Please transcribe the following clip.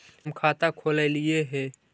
हम खाता खोलैलिये हे?